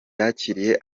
yakiriye